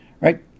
right